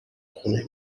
خونه